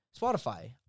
Spotify